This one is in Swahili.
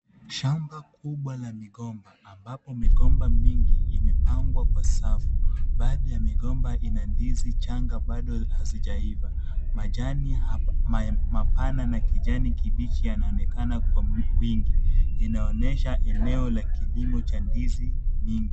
Shamba kubwa la migomba ambapo migomba mingi imepangwa kwa safu. Baadhi ya migomba ina ndizi changa bado hazijaiva. Majani mapana na kijani kibichi yanaonekana kwa wingi. Inaonyesha eneo la kilimo cha ndizi mingi.